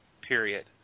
period